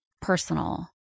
personal